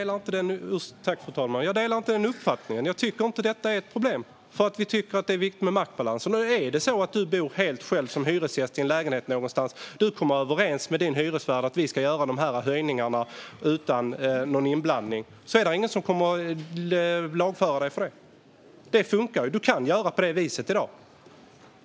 Fru talman! Jag delar inte den uppfattningen. Vi tycker inte att detta är ett problem, för vi tycker att det är viktigt med maktbalans. Om man bor helt ensam som hyresgäst i en lägenhet någonstans och kommer överens med hyresvärden utan annan inblandning om en hyreshöjning är det inte någon som kommer att lagföra en för det. Det funkar, man kan göra på det viset i dag.